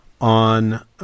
on